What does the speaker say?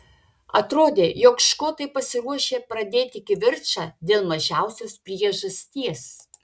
atrodė jog škotai pasiruošę pradėti kivirčą dėl mažiausios priežasties